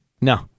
No